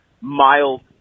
mild